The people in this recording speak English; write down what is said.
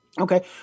Okay